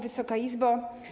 Wysoka Izbo!